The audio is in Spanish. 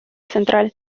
central